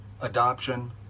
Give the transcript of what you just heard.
adoption